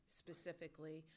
specifically